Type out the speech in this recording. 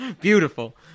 Beautiful